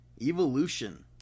Evolution